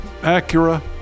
Acura